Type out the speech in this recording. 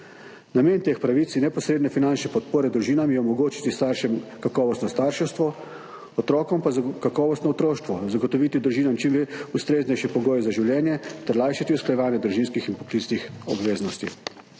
Namen teh pravic in neposredne finančne podpore družinam je omogočiti staršem kakovostno starševstvo, otrokom kakovostno otroštvo, zagotoviti družinam čim ustreznejše pogoje za življenje ter lajšati usklajevanje družinskih in poklicnih obveznosti.